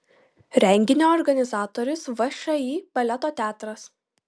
renginio organizatorius všį baleto teatras